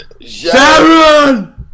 Sharon